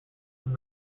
from